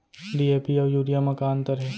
DAP अऊ urea म का अंतर हे?